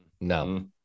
no